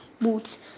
boots